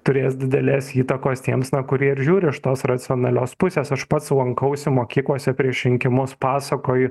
turės didelės įtakos tiems kurie ir žiūri iš tos racionalios pusės aš pats lankausi mokyklose prieš rinkimus pasakoju